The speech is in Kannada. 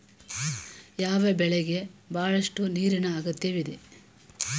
ಯಾವ ಬೆಳೆಗೆ ಬಹಳಷ್ಟು ನೀರಿನ ಅಗತ್ಯವಿದೆ?